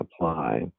apply